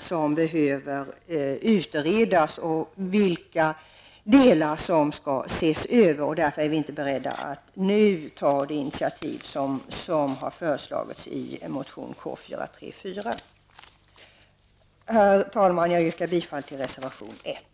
som behöver utredas och vilka delar som skall ses över. Vi är därför inte att beredda att nu ta det initiativ som har föreslagits i motion Herr talman! Jag yrkar bifall till reservation nr 1.